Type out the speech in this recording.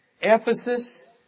Ephesus